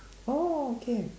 oh okay